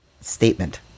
statement